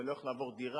לא איך לעבור דירה,